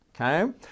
Okay